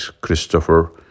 Christopher